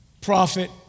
prophet